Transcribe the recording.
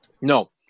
No